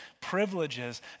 privileges